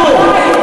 כלום.